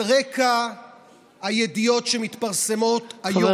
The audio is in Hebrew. על רקע הידיעות שמתפרסמות היום,